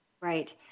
Right